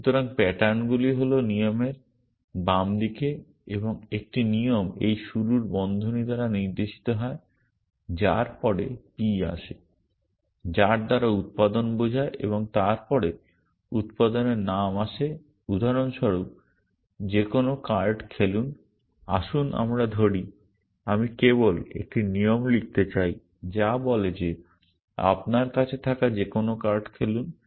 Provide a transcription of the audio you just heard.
সুতরাং প্যাটার্নগুলি হল নিয়মের বাম দিকে এবং একটি নিয়ম এই শুরুর বন্ধনী দ্বারা নির্দেশিত হয় যার পরে p আসে যার দ্বারা উত্পাদন বোঝায় এবং তারপরে উত্পাদনের নাম আসে উদাহরণস্বরূপ যে কোনও কার্ড খেলুন । আসুন আমরা ধরি আমি কেবল একটি নিয়ম লিখতে চাই যা বলে যে আপনার কাছে থাকা যে কোনও কার্ড খেলুন